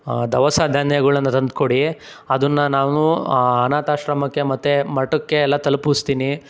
ದವಸ ಧಾನ್ಯಗಳನ್ನು ತಂದುಕೊಡಿ ಅದನ್ನು ನಾನು ಅನಾಥಾಶ್ರಮಕ್ಕೆ ಮತ್ತೆ ಮಠಕ್ಕೆ ಎಲ್ಲ ತಲುಪಿಸ್ತೀನಿ